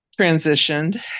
transitioned